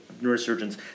neurosurgeons